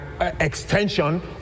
extension